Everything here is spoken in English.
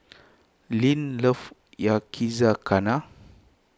Leanne loves Yakizakana